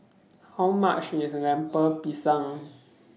How much IS Lemper Pisang